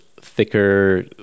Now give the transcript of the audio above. thicker